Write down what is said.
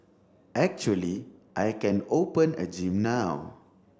actually I can open a gym now